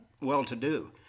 well-to-do